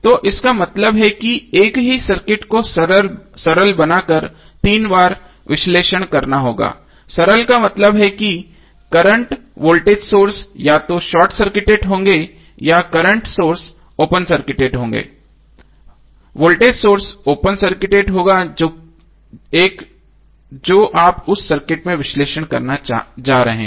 तो इसका मतलब है कि एक ही सर्किट को सरल बनाकर 3 बार विश्लेषण करना होगा सरल का मतलब है कि करंट वोल्टेज सोर्स या तो शॉर्ट सर्किटेड होंगे या करंट सोर्स ओपन सर्किटेड होगा और वोल्टेज सोर्स ओपन सर्किटेड होगा एक जो आप उस सर्किट में विश्लेषण करने जा रहे हैं